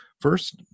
First